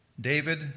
David